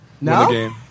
No